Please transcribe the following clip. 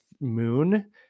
Moon